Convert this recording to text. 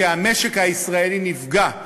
כי המשק הישראלי נפגע,